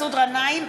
(קוראת בשמות חברי הכנסת) מסעוד גנאים,